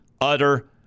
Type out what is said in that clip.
utter